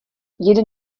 jeden